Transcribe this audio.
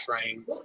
train